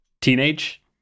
teenage